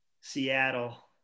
Seattle